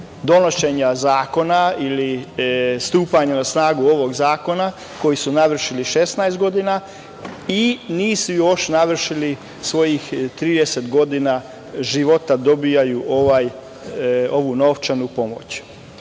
donošenja zakona ili stupanja na snagu ovog zakona, koji su navršili 16 godina i nisu još navršili svojih 30 godina života, dobijaju ovu novčanu